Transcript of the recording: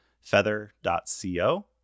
feather.co